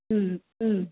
ம் ம்